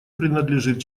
принадлежит